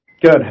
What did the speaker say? Good